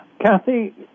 Kathy